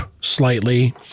slightly